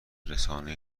رسانه